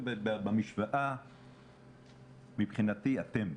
מבחינתי, אתם,